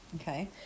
Okay